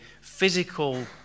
physical